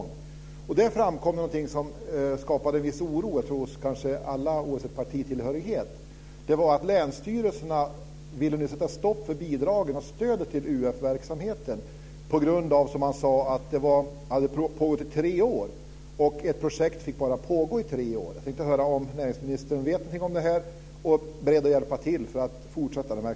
I detta sammanhang framkom något som skapade en viss oro hos alla - oavsett partitillhörighet, tror jag - nämligen att länsstyrelserna nu vill sätta stopp för bidragen och stödet till UF-verksamheten på grund av att den pågått i tre år. Ett projekt får bara pågå i tre år.